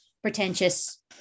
Pretentious